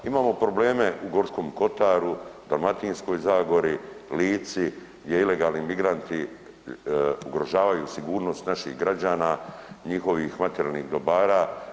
Imamo probleme u Gorskom Kotaru, Dalmatinskoj zagori, Lici gdje ilegalni migranti ugrožavaju sigurnost naših građana, njihovih materijalnih dobara.